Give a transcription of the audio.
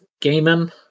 gaming